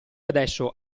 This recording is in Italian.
adesso